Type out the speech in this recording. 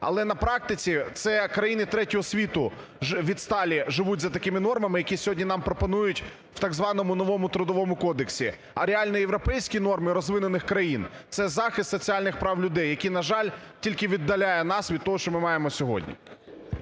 але на практиці це країни третього світу відсталі живуть за такими нормами, які сьогодні нам пропонують в так званому новому Трудовому кодексі, а реальні європейські норми розвинених країн – це захист соціальних прав людини, які, на жаль, тільки віддаляє нас від того, що ми маємо сьогодні.